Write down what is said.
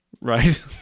Right